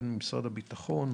ממשרד הביטחון,